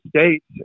States